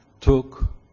took